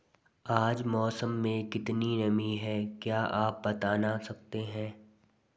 आज मौसम में कितनी नमी है क्या आप बताना सकते हैं?